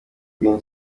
queen